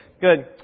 good